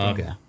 Okay